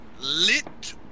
lit